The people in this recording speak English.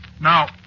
Now